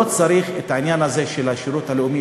לא צריך את העניין הזה של השירות הלאומי,